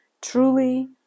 Truly